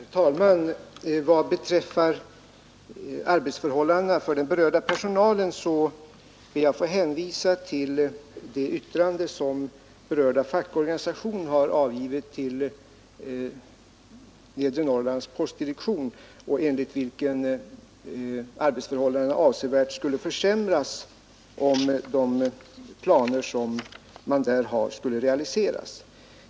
Herr talman! Vad beträffar arbetsförhållandena för den berörda personalen ber jag att få hänvisa till det yttrande som berörda fackorganisation har avgivit till postdirektionen i nedre norra distriktet och enligt vilket arbetsförhållandena avsevärt skulle försämras, om de planer som man där har skulle realiseras.